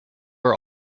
are